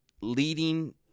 leading